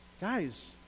Guys